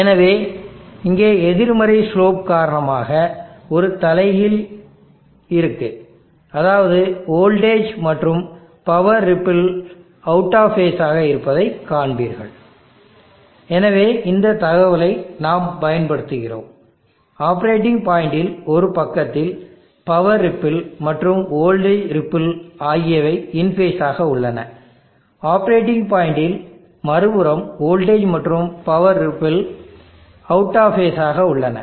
எனவே இங்கே எதிர்மறை ஸ்லோப் காரணமாக ஒரு தலைகீழ் இருக்கு அதாவது வோல்டேஜ் மற்றும் power ripple out of phase ஆக இருப்பதை காண்பீர்கள் எனவே இந்த தகவலை நாம் பயன்படுத்துகிறோம் ஆப்பரேட்டிங் பாயிண்டில் ஒரு பக்கத்தில் பவர் ரிப்பிள் மற்றும் வோல்டேஜ் ரிப்பிள் ஆகியவை இன் ஃபேஸ் ஆக உள்ளன ஆப்பரேட்டிங் பாயிண்டில் மறுபுறம் வோல்டேஜ் மற்றும் power ripple out of phase ஆக உள்ளன